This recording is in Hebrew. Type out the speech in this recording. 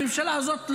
הממשלה הזאת,